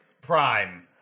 Prime